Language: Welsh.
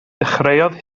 dechreuodd